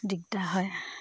দিগদাৰ হয়